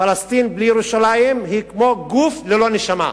פלסטין בלי ירושלים היא כמו גוף ללא נשמה.